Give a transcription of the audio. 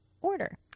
order